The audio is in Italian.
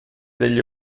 degli